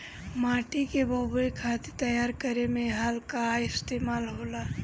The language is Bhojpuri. माटी के बोवे खातिर तैयार करे में हल कअ इस्तेमाल होला